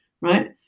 right